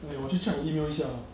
没有我去 check 我的 email 一下 lah